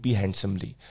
handsomely